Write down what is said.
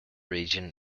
region